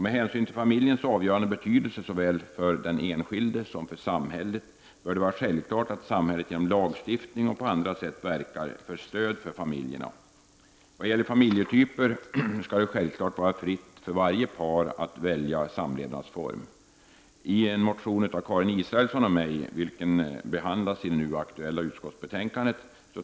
Med hänsyn till familjens avgörande betydelse såväl för den enskilde som för samhället bör det vara självklart att samhället genom lagstiftning och på andra sätt verkar för stöd till familjerna. Vad gäller familjetyper skall det självfallet vara fritt för varje par att välja samlevnadsform. I en motion av Karin Israelsson och mig. vilken behandlas i det nu aktuella utskottsbetänkandet.